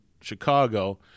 Chicago